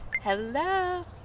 Hello